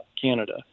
Canada